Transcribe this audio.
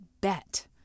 bet